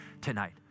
tonight